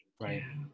Right